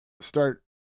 start